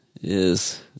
Yes